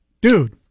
dude